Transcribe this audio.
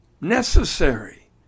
necessary